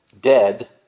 dead